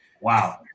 Wow